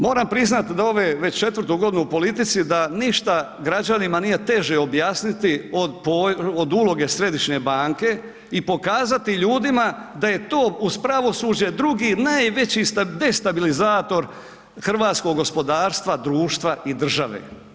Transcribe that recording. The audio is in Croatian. Moram priznat da ove, već 4-tu godinu u politici da ništa građanima nije teže objasniti od uloge središnje banke i pokazati ljudima da je to uz pravosuđe drugi najveći destabilizator hrvatskog gospodarstva, društva i države.